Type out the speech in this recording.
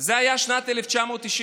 זה היה בשנת 1993,